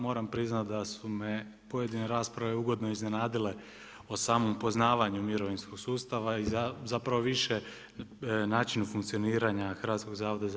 Moram priznati da su me pojedine rasprave ugodno iznenadile o samom poznavanju mirovinskog sustava i zapravo više načinu funkcioniranja HZMO-a.